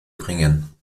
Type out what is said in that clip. bringen